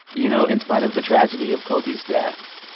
you know, in spite of the tragedy of kobe's death,